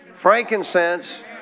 frankincense